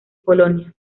polonia